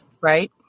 Right